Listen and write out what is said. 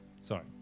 Sorry